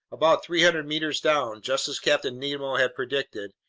about three hundred meters down, just as captain nemo had predicted,